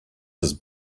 his